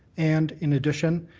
and, in addition,